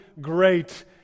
Great